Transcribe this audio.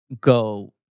Go